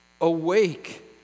Awake